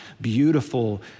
beautiful